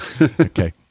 okay